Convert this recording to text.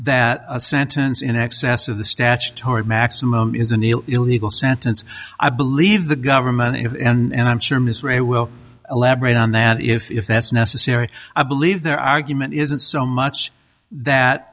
that a sentence in excess of the statutory maximum is an illegal sentence i believe the government and i'm sure miss ray will elaborate on that if that's necessary i believe their argument isn't so much that